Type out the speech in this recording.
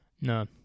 No